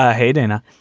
ah hey, dana.